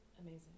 Amazing